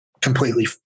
completely